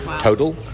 total